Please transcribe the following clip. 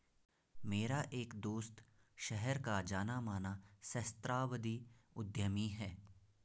मेरा एक दोस्त शहर का जाना माना सहस्त्राब्दी उद्यमी है